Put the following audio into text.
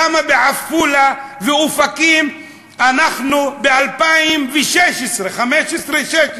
למה בעפולה ובאופקים אנחנו ב-2016, 2015 2016,